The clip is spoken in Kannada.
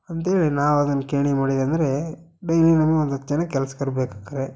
ಅಂತ ಹೇಳಿ ನಾವು ಅದನ್ನು ಗೇಣಿ ಮಾಡಿದ್ದಂದ್ರೇ ಡೈಲಿ ನಮಗೆ ಒಂದು ಹತ್ತು ಜನ ಕೆಲ್ಸ್ಗಾರರು ಬೇಕಾಕಾರೇ